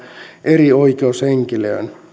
eri oikeushenkilöön